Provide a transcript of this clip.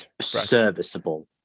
serviceable